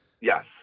Yes